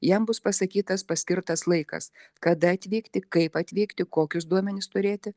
jam bus pasakytas paskirtas laikas kada atvykti kaip atvykti kokius duomenis turėti